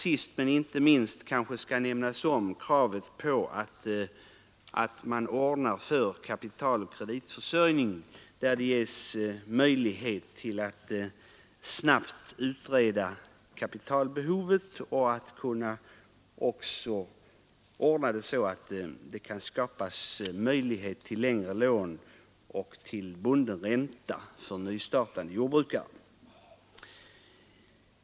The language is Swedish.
Sist men inte minst kanske jag skall nämna kravet på tillgodoseende av kapitaloch kreditbehovet, en snabb utredning om kapitalbehovet samt tillskapande av möjlighet till långfristiga lån och bunden ränta för jordbrukare med nystartade jordbruksföretag.